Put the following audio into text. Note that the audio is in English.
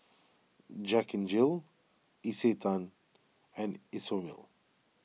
Jack N Jill Isetan and Isomil